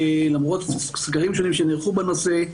למרות סקרים שונים שנערכו בנושא,